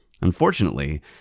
Unfortunately